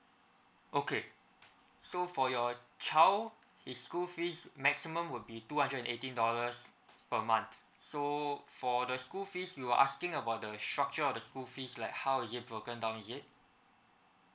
okay so for your child his school fees maximum will be two hundred and eighteen dollars per month so for the school fees you're asking about the structure of the school fees like how is it broken down is it